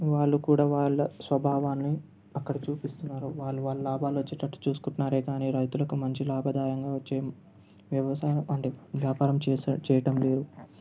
వాళ్ళు కూడా వాళ్ళ స్వభావాన్ని అక్కడ చూపిస్తున్నారు వాళ్ళు వాళ్ళ లాభాలు వచ్చేటట్టు చూసుకుంటున్నారే కానీ రైతులకు మంచి లాభదాయకంగా వచ్చే వ్యవసాయ వ్యాపారం చేసే చేయడం లేదు